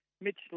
Mitch